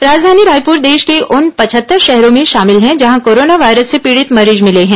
राजधानी रायपुर देश के उन पचहत्तर शहरों में शामिल है जहां कोरोना वायरस से पीड़ित मरीज मिले हैं